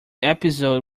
episode